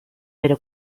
però